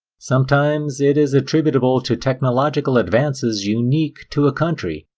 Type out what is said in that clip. sometimes it is attributable to technological advances unique to a country,